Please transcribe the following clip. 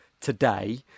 today